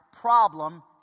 problem